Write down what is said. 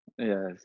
yes